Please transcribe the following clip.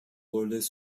relais